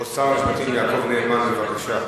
כבוד שר המשפטים יעקב נאמן, בבקשה.